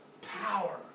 power